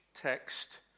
text